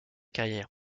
carrière